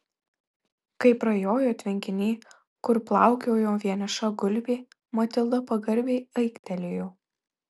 kai prajojo tvenkinį kur plaukiojo vieniša gulbė matilda pagarbiai aiktelėjo